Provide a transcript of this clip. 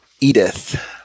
Edith